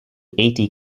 eighty